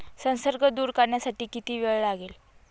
संसर्ग दूर करण्यासाठी किती वेळ लागेल?